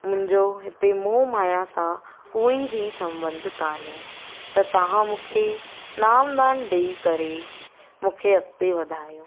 मुंहिंजो हिते मोह माया सां कोई बि संबंध काने त तव्हां मूंखे नाम दान ॾेई करे मूंखे अॻिते वधायो